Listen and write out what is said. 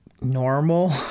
normal